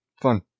fun